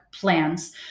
plans